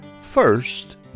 first